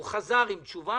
הוא חזר עם תשובה,